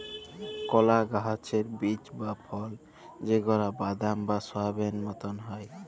কলা গাহাচের বীজ বা ফল যেগলা বাদাম বা সয়াবেল মতল